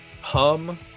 Hum